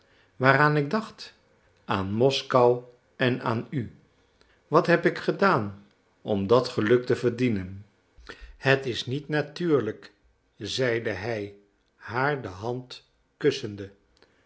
waaraan ik dacht aan moskou en aan u wat heb ik gedaan om dat geluk te verdienen het is niet natuurlijk zeide hij haar de hand kussende